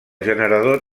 generador